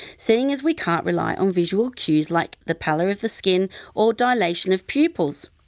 seeing as we can't rely on visual cues like the pallor of the skin or dilation of pupils?